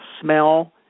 smell